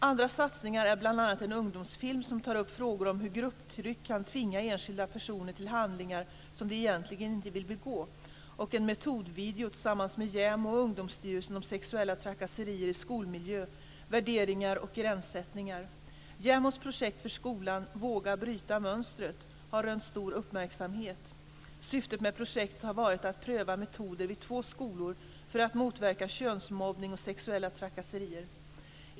Andra satsningar är bl.a. en ungdomsfilm som tar upp frågor om hur grupptryck kan tvinga enskilda personer till handlingar som de egentligen inte vill begå och en metodvideo tillsammans med JämO och Ungdomsstyrelsen om sexuella trakasserier i skolmiljö, värderingar och gränssättningar. JämO:s projekt för skolan, Våga bryta mönstret, har rönt stor uppmärksamhet. Syftet med projektet har varit att pröva metoder vid två skolor för att motverka könsmobbning och sexuella trakasserier.